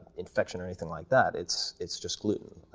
infection or anything like that, it's it's just gluten,